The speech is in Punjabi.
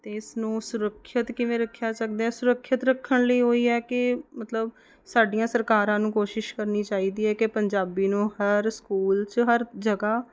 ਅਤੇ ਇਸ ਨੂੰ ਸੁਰੱਖਿਅਤ ਕਿਵੇਂ ਰੱਖਿਆ ਸਕਦਾ ਸੁਰੱਖਿਅਤ ਰੱਖਣ ਲਈ ਉਹੀ ਹੈ ਕਿ ਮਤਲਬ ਸਾਡੀਆਂ ਸਰਕਾਰਾਂ ਨੂੰ ਕੋਸ਼ਿਸ਼ ਕਰਨੀ ਚਾਹੀਦੀ ਹੈ ਕਿ ਪੰਜਾਬੀ ਨੂੰ ਹਰ ਸਕੂਲ 'ਚ ਹਰ ਜਗ੍ਹਾ